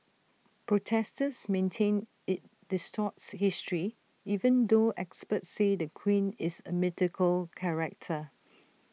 protesters maintain IT distorts history even though experts say the queen is A mythical character